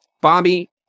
Bobby